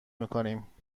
میکنیم